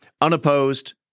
unopposed